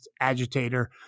agitator